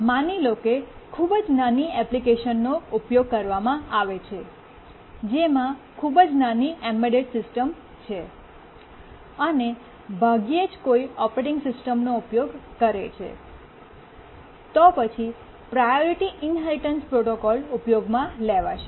માની લો કે ખૂબ જ નાની એપ્લિકેશનનો ઉપયોગ કરવામાં આવે છે જેમાં ખૂબ જ નાની એમ્બેડ સિસ્ટમ છે અને ભાગ્યે જ કોઈ ઓપરેટિંગ સિસ્ટમનો ઉપયોગ કરે છે તો પછી પ્રાયોરિટી ઇન્હેરિટન્સ પ્રોટોકોલ ઉપયોગમાં લેવાશે